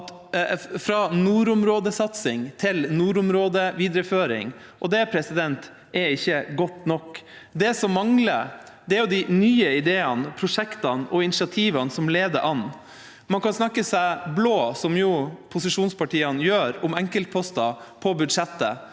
fra nordområdesatsing til nordområdevidereføring, og det er ikke godt nok. Det som mangler, er de nye ideene, prosjektene og initiativene som leder an. Man kan snakke seg blå – som posisjonspartiene jo gjør – om enkeltposter på budsjettet.